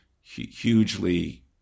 hugely